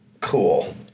cool